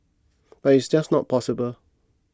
but it's just not possible